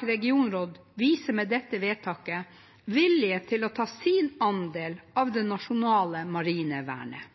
regionråd viser med dette vedtaket vilje til å ta sin andel av det nasjonale marine vernet.